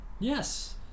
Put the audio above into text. Yes